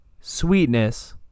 Sweetness